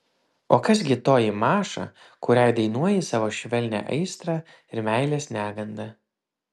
o kas gi toji maša kuriai dainuoji savo švelnią aistrą ir meilės negandą